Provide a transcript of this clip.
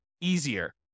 easier